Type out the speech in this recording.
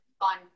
on